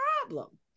problem